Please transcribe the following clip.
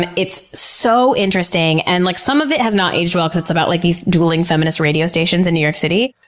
and it's so interesting, and like some of it has not aged well because it's about like these dueling feminist radio stations in new york city.